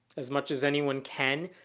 as much as anyone can,